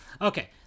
Okay